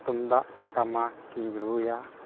ᱛᱩᱢᱫᱟᱹᱜ ᱴᱟᱢᱟᱠ ᱤᱧ ᱨᱩᱭᱟ